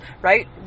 right